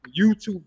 YouTube